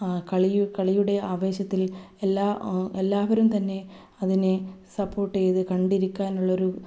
കളിയുടെ ആവേശത്തിൽ എല്ലാ എല്ലാവരും തന്നെ അതിനെ സപ്പോർട്ട് ചെയ്ത് കണ്ടിരിക്കാനുള്ളൊരു